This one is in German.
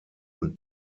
und